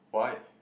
why